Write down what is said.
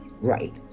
right